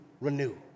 renew